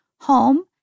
home